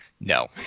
No